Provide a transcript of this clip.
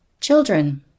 Children